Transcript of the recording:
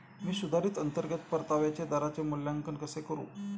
मी सुधारित अंतर्गत परताव्याच्या दराचे मूल्यांकन कसे करू?